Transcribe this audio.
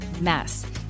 mess